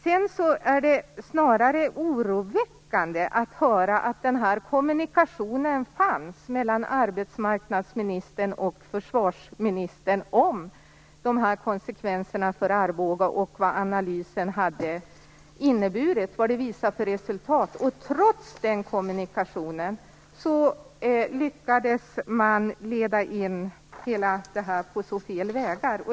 Det är snarare oroväckande att höra att den här kommunikationen fanns mellan arbetsmarknadsministern och försvarsministern om dessa konsekvenser för Arboga och vilka resultat som analysen visar. Trots den kommunikationen lyckades man leda in detta på så fel vägar.